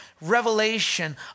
revelation